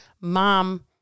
mom